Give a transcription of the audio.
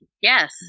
Yes